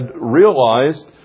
realized